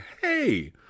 hey